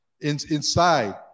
inside